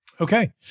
okay